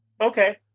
okay